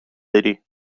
داری